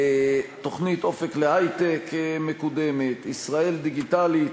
תוכנית "אופק להיי-טק" מקודמת, "ישראל דיגיטלית"